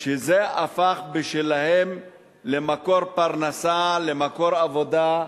שזה הפך בשבילם למקור פרנסה, לעבודה: